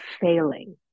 failing